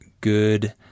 good